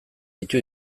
ditu